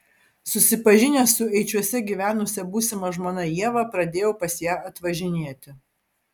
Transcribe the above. susipažinęs su eičiuose gyvenusia būsima žmona ieva pradėjau pas ją atvažinėti